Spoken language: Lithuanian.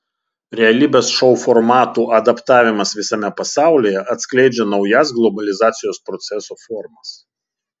realybės šou formatų adaptavimas visame pasaulyje atskleidžia naujas globalizacijos proceso formas